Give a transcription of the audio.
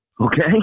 Okay